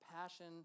passion